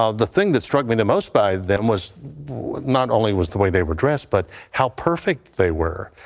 um the thing that struck me the most by them was not only was the way they were dressed but how perfect they were.